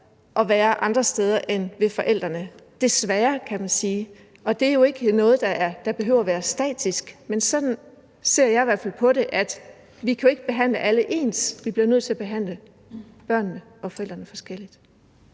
at være andre steder end ved forældrene. Desværre, kan man sige, og det er jo ikke noget, der behøver at være statisk. Men jeg ser i hvert fald sådan på det, at vi jo ikke kan behandle alle ens. Vi bliver nødt til at behandle børnene og forældrene forskelligt.